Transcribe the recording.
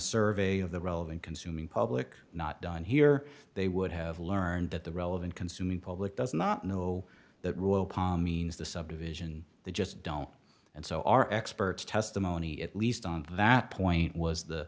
survey of the relevant consuming public and done here they would have learned that the relevant consuming public does not know that rule means the subdivision they just don't and so our experts testimony at least on that point was the